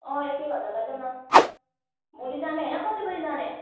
अँ एक एक हजार लैजाउँ न भोलि जाने होइन कति बजी जाने